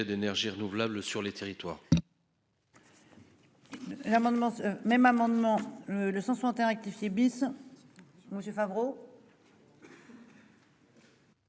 d'énergies renouvelables sur son territoire,